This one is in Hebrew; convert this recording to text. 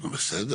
באמת,